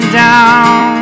down